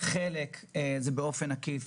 וחלק מזה זה הוצאות עקיפות,